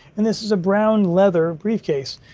and this is a brown leather briefcase.